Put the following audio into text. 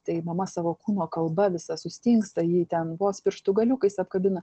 tai mama savo kūno kalba visa sustingsta ji ten vos pirštų galiukais apkabina